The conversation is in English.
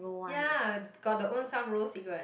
ya got the own self rolled cigarette